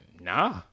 nah